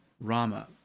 Rama